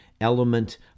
element